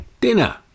Dinner